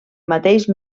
mateix